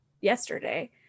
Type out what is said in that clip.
yesterday